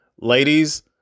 Ladies